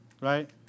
right